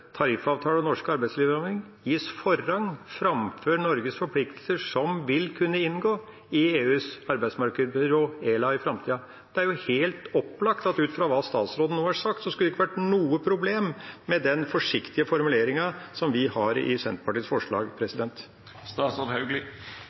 og norsk arbeidslivslovgivning gis forrang fremfor Norges forpliktelser som vil kunne inngå i EUs arbeidsmarkedsbyrå ELA» i framtida? Det er jo helt opplagt at ut fra hva statsråden nå har sagt, skulle det ikke være noe problem, med den forsiktige formuleringen vi har i Senterpartiets forslag.